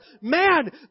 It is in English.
man